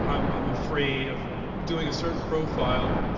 um i'm afraid of doing a certain profile.